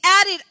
added